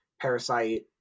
Parasite